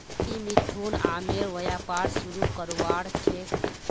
की मिथुन आमेर व्यापार शुरू करवार छेक